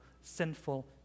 sinful